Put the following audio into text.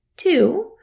Two